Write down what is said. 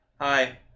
Hi